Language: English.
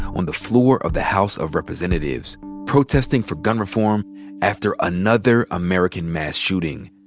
on the floor of the house of representatives protesting for gun reform after another american mass shooting.